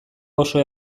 oso